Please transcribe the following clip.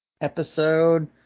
episode